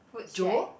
Joe